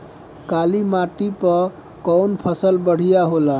काली माटी पर कउन फसल बढ़िया होला?